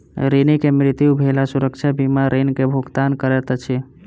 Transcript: ऋणी के मृत्यु भेला सुरक्षा बीमा ऋण के भुगतान करैत अछि